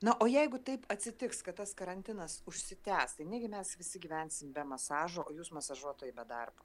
na o jeigu taip atsitiks kad tas karantinas užsitęs tai negi mes visi gyvensim be masažo o jūs masažuotojai be darbo